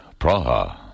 Praha